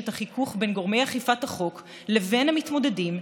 להפחית את החיכוך בין גורמי אכיפת החוק לבין המתמודדים,